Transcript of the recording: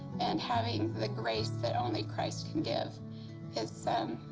and having the grace that only christ can give is.